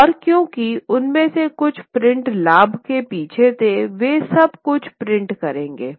और क्योंकि उनमें से कुछ प्रिंटर लाभ के पीछे थेवे सब कुछ प्रिंट करेंगे